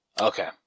okay